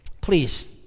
Please